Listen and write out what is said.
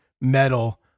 metal